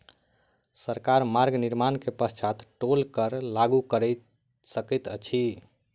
सरकार मार्ग निर्माण के पश्चात टोल कर लागू कय सकैत अछि